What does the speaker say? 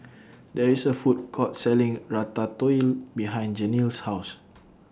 There IS A Food Court Selling Ratatouille behind Jenelle's House